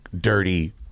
dirty